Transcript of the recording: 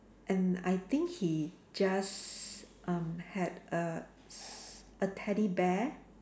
and I think he just um had a s~ a teddy bear